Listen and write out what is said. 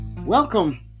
Welcome